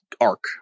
Arc